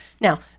now